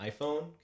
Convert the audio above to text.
iPhone